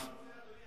הייתי רוצה, אדוני